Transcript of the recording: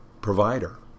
provider